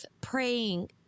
praying